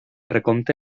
recompte